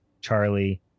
Charlie